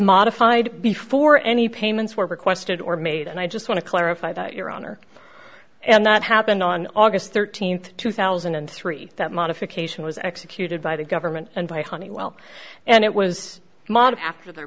modified before any payments were requested or made and i just want to clarify that your honor and that happened on august thirteenth two thousand and three that modification was executed by the government and by honeywell and it was modeled after the